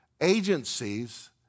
agencies